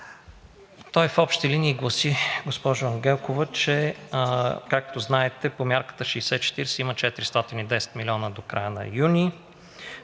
Той в общи линии гласи, госпожо Ангелкова, че както знаете, по мярката 60/40 има 410 милиона до края на юни.